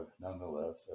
nonetheless